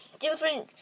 different